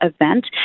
event